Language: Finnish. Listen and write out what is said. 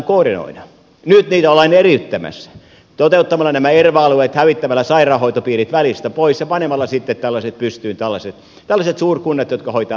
nyt niitä ollaan eriyttämässä toteuttamalla nämä erva alueet hävittämällä sairaanhoitopiirit välistä pois ja panemalla sitten pystyyn tällaiset suurkunnat jotka hoitavat perusterveydenhoidon